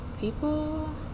people